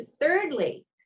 Thirdly